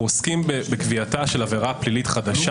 אנחנו עוסקים בקביעתה של עבירה פלילית חדשה